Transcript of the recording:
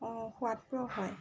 অঁ সোৱাদপুৰৰ হয়